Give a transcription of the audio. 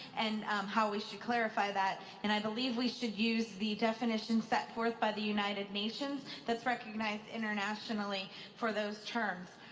and how we should clarify that. and i believe we should use the definition set forth by the united nations that's recognized internationally for those terms.